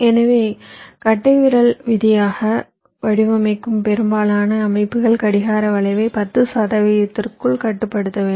எனவே கட்டைவிரல் விதியாக வடிவமைக்கும் பெரும்பாலான அமைப்புகள் கடிகார வளைவை 10 சதவிகிதத்திற்குள் கட்டுப்படுத்த வேண்டும்